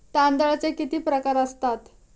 तांदळाचे किती प्रकार असतात?